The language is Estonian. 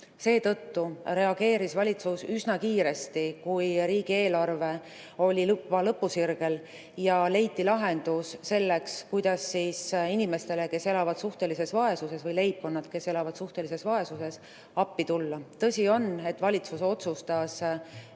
Seetõttu reageeris valitsus üsna kiiresti, kui riigieelarve oli juba lõpusirgel, ja leiti lahendus, kuidas inimestele, kes elavad suhtelises vaesuses, või leibkondadele, kes elavad suhtelises vaesuses, appi tulla. On tõsi, et valitsus otsustas